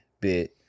bit